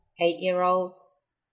eight-year-olds